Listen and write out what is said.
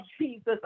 Jesus